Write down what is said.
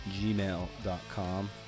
gmail.com